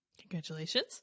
Congratulations